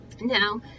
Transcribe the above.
now